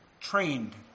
trained